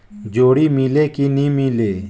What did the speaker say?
जोणी मीले कि नी मिले?